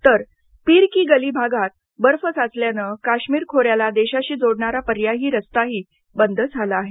तर पीर की गली भागात बर्फ साचल्यानं काश्मीर खोऱ्याला देशाशी जोडणारा पर्यायी रस्ताही बंद झाला आहे